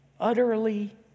Utterly